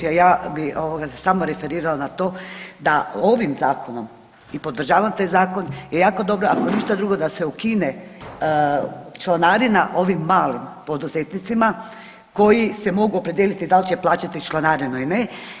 Ja bih se samo referirala na to da ovim Zakonom i podržavam taj Zakon je jako dobro, ako ništa drugo da se ukine članarina ovim malim poduzetnicima koji se mogu opredijeliti da li će plaćati članarinu ili ne.